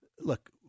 look